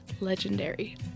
legendary